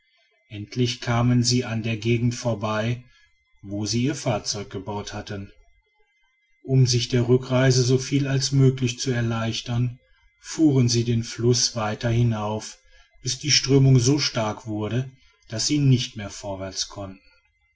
endlich kamen sie an der gegend vorbei wo sie ihr fahrzeug gebaut hatten um sich die rückreise soviel als möglich zu erleichtern fuhren sie den fluß weiter hinauf bis die strömung so stark wurde daß sie nicht mehr vorwärts konnten